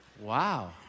wow